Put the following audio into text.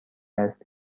است